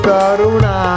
Karuna